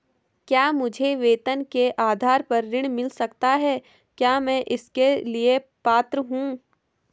क्या मुझे वेतन के आधार पर ऋण मिल सकता है क्या मैं इसके लिए पात्र हूँ?